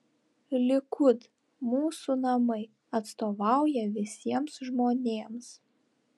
likud mūsų namai atstovauja visiems žmonėms